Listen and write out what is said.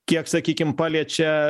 kiek sakykim paliečia